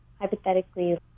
hypothetically